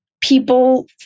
people